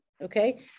okay